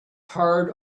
hard